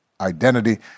identity